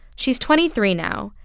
she's twenty three now.